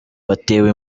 batewe